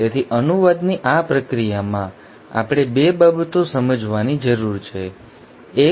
તેથી અનુવાદની આ પ્રક્રિયામાં આપણે 2 બાબતો સમજવાની જરૂર છે 1